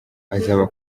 azaba